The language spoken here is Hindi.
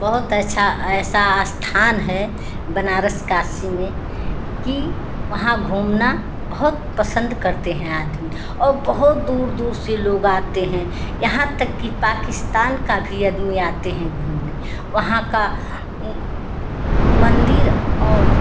बहोत अच्छा ऐसा स्थान है बनारस काशी में कि वहाँ घूमना बहुत पसंद करते हैं आदमी और बहुत दूर दूर से लोग आते हैं यहाँ तक कि पाकिस्तान का भी अदमी आते हैं घूमने वहाँ का मंदिर और